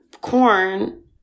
corn